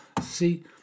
See